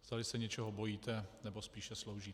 Zdali se něčeho bojíte, nebo spíše sloužíte.